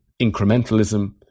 incrementalism